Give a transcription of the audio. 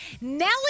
Nelly